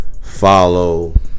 Follow